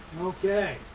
okay